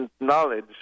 knowledge